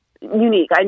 unique